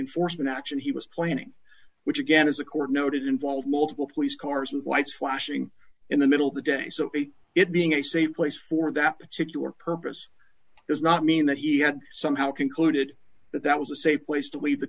enforcement action he was planning which again is a court noted involved multiple police cars with lights flashing in the middle of the day so it being a safe place for that particular purpose does not mean that he had somehow concluded that that was a safe place to leave the